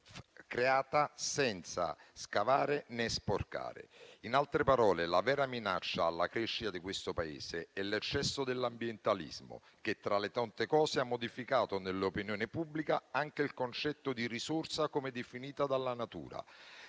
creata senza scavare né sporcare. In altre parole, la vera minaccia alla crescita di questo Paese è l'eccesso dell'ambientalismo, che, tra le tante cose, ha modificato nell'opinione pubblica anche il concetto di risorsa come definita dalla natura.